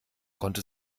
konnte